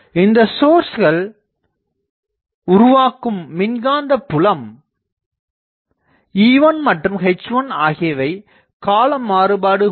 இந்தச் சோர்ஸ்கள் உருவாக்கும்மின்காந்த புலம் E1 மற்றும் H1 ஆகியவை கால மாறுபாடு கொண்டவை